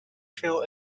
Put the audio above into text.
feel